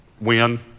win